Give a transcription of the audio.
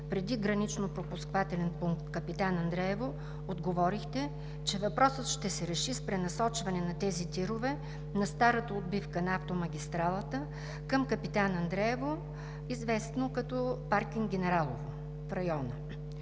контролно-пропускателен пункт „Капитан Андреево“ отговорихте, че въпросът ще се реши с пренасочване на тези тирове на старата отбивка на автомагистралата към Капитан Андреево, известно като паркинг „Генералово“ в района.